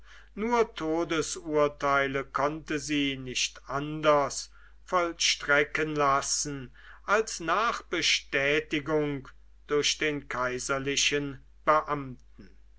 nur todesurteile konnte sie nicht anders vollstrecken lassen als nach bestätigung durch den kaiserlichen beamten